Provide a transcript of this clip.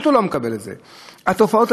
אנשים לא מקבלים את מה שמגיע להם.